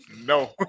no